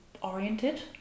oriented